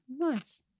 nice